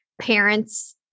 parents